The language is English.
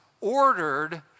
ordered